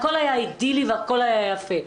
הכול היה אידילי והכול היה יפה.